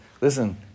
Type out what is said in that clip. Listen